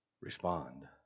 respond